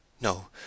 No